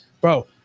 Bro